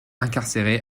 incarcéré